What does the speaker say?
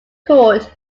court